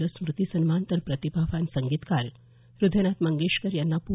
ल स्मृती सन्मान तर प्रतिभावान संगीतकार हदयनाथ मंगेशकर यांना पू